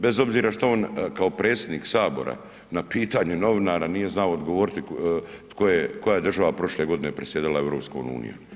Bez obzira što on kao predsjednik Sabora na pitanje novinara nije znao odgovoriti koja je država prošle godine predsjedala EU.